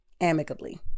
amicably